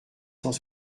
cent